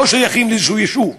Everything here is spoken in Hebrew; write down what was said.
לא שייכים לאיזשהו יישוב,